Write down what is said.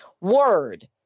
word